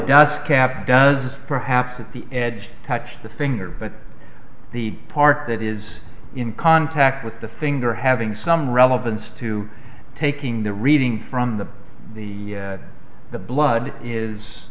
dust cap does perhaps with the edge touch the finger but the part that is in contact with the finger having some relevance to taking the reading from the book the the blood is